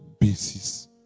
basis